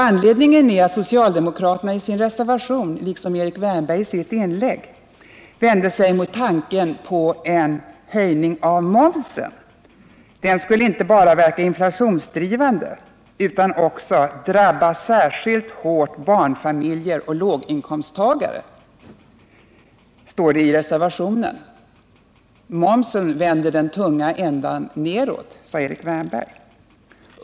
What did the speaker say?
Anledningen är att socialdemokraterna i sin reservation, liksom Erik Wärnberg i sitt inlägg, vänt sig mot tanken på en höjning av momsen —- den skulle inte bara verka inflationsdrivande utan också drabba ”särskilt hårt barnfamiljer och låginkomsttagare”, som det står i reservationen. Momsen vänder den tunga ändan nedåt, sade Erik Wärnberg.